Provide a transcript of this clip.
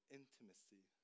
intimacy